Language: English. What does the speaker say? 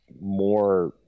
more